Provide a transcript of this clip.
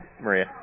Maria